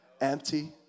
empty